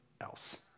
else